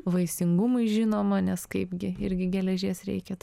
vaisingumui žinoma nes kaip gi irgi geležies reikia